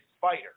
fighter